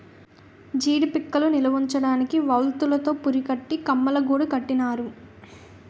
జీడీ పిక్కలు నిలవుంచడానికి వౌల్తులు తో పురికట్టి కమ్మలగూడు కట్టినారు